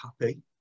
happy